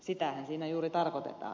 sitähän siinä juuri tarkoitetaan